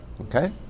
Okay